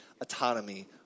autonomy